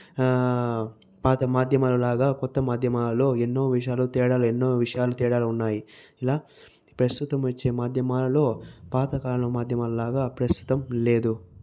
పాత మాధ్యమాలలాగా కొత్త మాధ్యమాలలో ఎన్నో విషయాలో తేడాలు ఎన్నో విషయాలు తేడాలు ఉన్నాయి ఇలా ప్రస్తుతం వచ్చే మాధ్యమాలలో పాతకాల మాధ్యమాల్లాగా ప్రస్తుతం లేదు